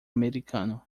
americano